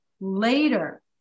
later